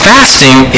Fasting